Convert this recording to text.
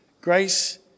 grace